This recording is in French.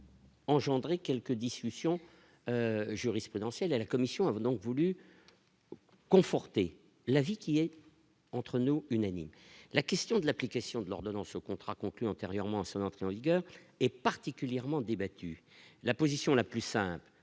Engendré quelques discussions jurisprudentielle à la commission a donc voulu conforter la vie qui est entre nous, unanime, la question de l'application de l'ordonnance aux contrats conclus antérieurement à son entrée en vigueur est particulièrement débattu la position la plus simple,